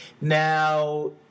Now